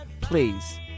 please